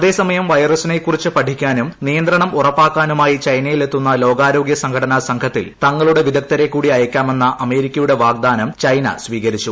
അതേ സമയം വൈറസിനെകുറിച്ച് പഠിക്കാനും നിയന്ത്രണം ഉറപ്പാക്കാനുമായി ചൈനയിലെത്തുന്ന ലോകാരോഗൃസംഘടന സംഘത്തിൽ തങ്ങളുടെ വിദഗ്ദ്ധരെ കൂടി അയയ്ക്കാമെന്ന അമേരിക്കയുടെ വാഗ്ദാനം ചൈന സ്വീകരിച്ചു